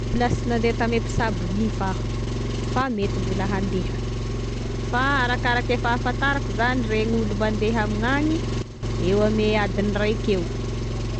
Mbola sy nandeha tame mpisabo nify aho fa mety mbola handeha, fa arakarake fahafantarako zany regny olo mandeha amigny agny eo ame adiny raiky eo.